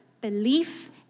belief